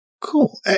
Cool